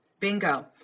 Bingo